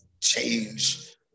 change